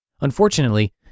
Unfortunately